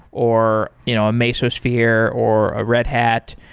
or you know a mesosphere, or a red hat.